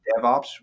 DevOps